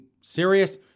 serious